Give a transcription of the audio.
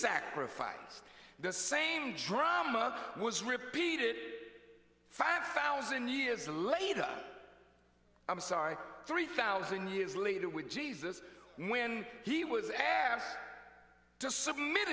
sacrifice the same drama was repeated five thousand years later i'm sorry three thousand years later with jesus when he was asked to submit